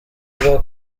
avuga